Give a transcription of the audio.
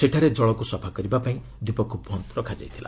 ସେଠାରେ ଜଳକୁ ସଫା କରିବାପାଇଁ ଦ୍ୱୀପକୁ ବନ୍ଦ୍ ରଖାଯାଇଥିଲା